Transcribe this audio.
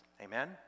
Amen